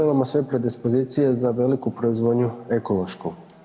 Imamo sve predispozicije za veliku proizvodnju ekološku.